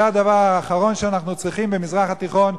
זה הדבר שאנחנו צריכים במזרח התיכון,